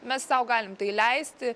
mes sau galim tai leisti